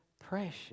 precious